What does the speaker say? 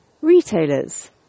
retailers